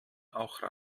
auch